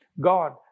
God